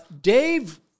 Dave